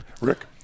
Rick